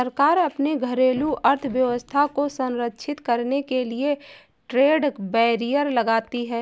सरकार अपने घरेलू अर्थव्यवस्था को संरक्षित करने के लिए ट्रेड बैरियर लगाती है